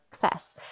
success